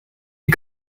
die